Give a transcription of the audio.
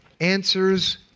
answers